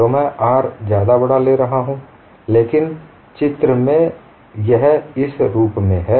तो मैं r बहुत ज्यादा बडा ले रहा हूँ लेकिन चित्र में यह इस रूप में है